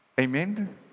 Amen